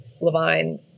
Levine